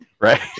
Right